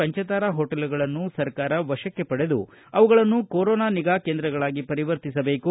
ಪಂಚತಾರಾ ಹೋಟೆಲ್ಗಳನ್ನು ಸರ್ಕಾರ ವಶಕ್ಕೆ ಪಡೆದು ಅವುಗಳನ್ನು ಕೊರೊನಾ ನಿಗಾ ಕೇಂದ್ರಗಳಾಗಿ ಪರಿವರ್ತಿಸಬೇಕು